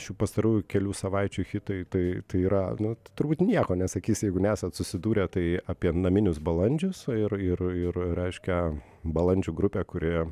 šių pastarųjų kelių savaičių hitai tai tai yra nu turbūt nieko nesakys jeigu nesat susidūrę tai apie naminius balandžius o ir ir ir reiškia balandžių grupę kuri